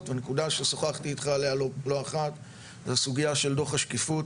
והנקודה ששוחחתי איתך עליה לא אחת זו הסוגיה של דו"ח השקיפות,